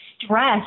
stress